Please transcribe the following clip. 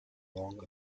long